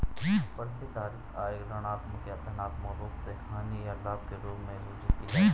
प्रतिधारित आय ऋणात्मक या धनात्मक रूप से हानि या लाभ के रूप में सूचित की जाती है